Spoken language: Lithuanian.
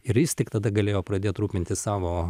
ir jis tik tada galėjo pradėt rūpintis savo